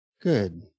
Good